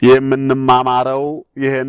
yeah yeah